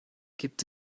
gibt